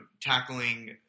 tackling